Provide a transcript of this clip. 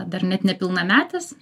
dar net nepilnametis